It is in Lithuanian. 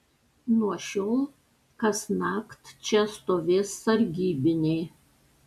nuo šiol kasnakt čia stovės sargybiniai